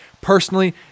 personally